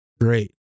great